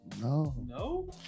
No